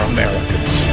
Americans